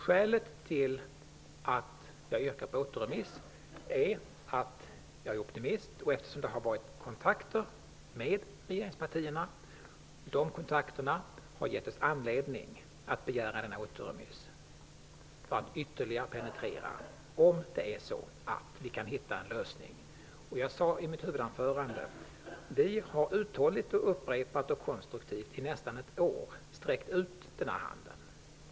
Skälet till att jag yrkar på återremiss är att jag är optimist. Det har förekommit kontakter med regeringspartierna. De kontakterna har givit oss anledning att begära denna återremiss för att ytterligare penetrera frågan och se om vi kan hitta en lösning. Jag sade i mitt huvudanförande att vi uthålligt, upprepat och konstruktivt har sträckt ut handen i nästan ett år.